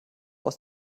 aus